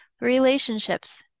relationships